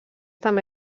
també